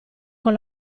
con